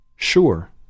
Sure